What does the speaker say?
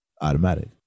Automatic